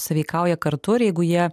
sąveikauja kartu ir jeigu jie